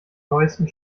neuesten